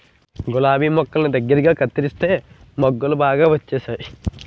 గులాబి మొక్కల్ని దగ్గరగా కత్తెరిస్తే మొగ్గలు బాగా వచ్చేయి